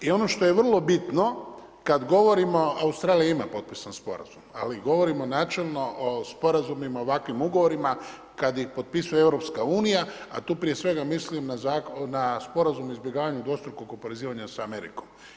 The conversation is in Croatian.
I ono što je vrlo bitno, kada govorimo Australija ima potpisan sporazum ali govorimo načelno o sporazumima, ovakvim ugovorima, kada ih potpisuje EU, a tu prije svega mislim na sporazum o izbjegavanju dvostrukog oporezivanja sa Amerikom.